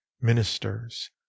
Ministers